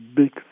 big